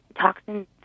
toxins